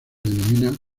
denomina